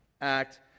act